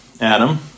Adam